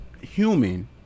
human